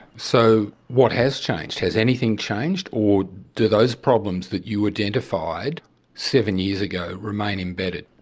so what has changed? has anything changed, or do those problems that you identified seven years ago remain embedded?